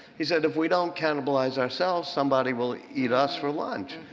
he said, if we don't cannibalize ourselves, somebody will eat us for lunch.